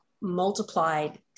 multiplied